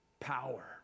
power